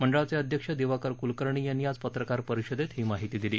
मंडळाचे अध्यक्ष दिवाकर कुलकर्णी यांनी आज पत्रकार परिषदेत याची माहिती दिली